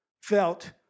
felt